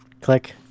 Click